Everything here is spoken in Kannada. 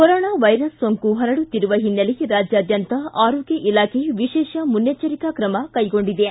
ಕೊರೋನಾ ವೈರಸ್ ಸೋಂಕು ಹರಡುತ್ತಿರುವ ಹಿನ್ನೆಲೆ ರಾಜ್ಯಾದ್ಯಂತ ಆರೋಗ್ಯ ಇಲಾಖೆ ವಿಶೇಷ ಮುನ್ನೆಚ್ಚರಿಕೆ ಕ್ರಮಕ್ಟೆಗೊಂಡಿವೆ